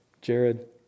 Jared